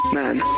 man